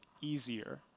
easier